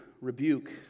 rebuke